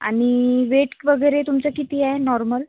आणि वेट वगैरे तुमचं किती आहे नॉर्मल